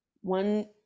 One